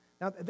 Now